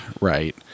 Right